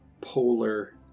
polar